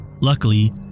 Luckily